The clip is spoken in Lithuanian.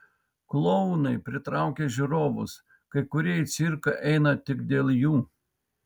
klounai pritraukia žiūrovus kai kurie į cirką eina tik dėl jų